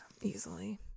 easily